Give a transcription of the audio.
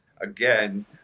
again